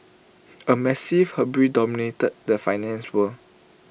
A massive hubris dominated the finance world